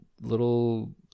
little